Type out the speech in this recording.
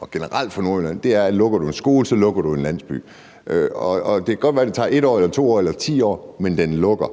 og generelt i Nordjylland er bare, at lukker du en skole, så lukker du en landsby. Det kan godt være, at det tager 1 år, 2 år eller 10 år, men den lukker.